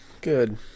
Good